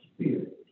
spirit